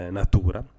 natura